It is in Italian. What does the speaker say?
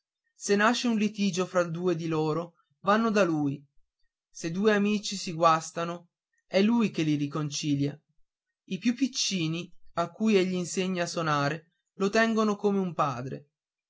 se nasce un litigio fra due di loro vanno da lui se due amici si guastano è lui che li riconcilia i più piccini a cui egli insegna a sonare lo tengono come un padre